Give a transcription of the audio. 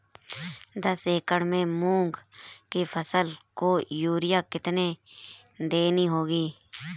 दस एकड़ में मूंग की फसल को यूरिया कितनी देनी होगी?